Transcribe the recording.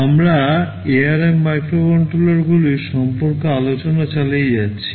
আমরা ARM মাইক্রোকন্ট্রোলারগুলির সম্পর্কে আলোচনা চালিয়ে যাচ্ছি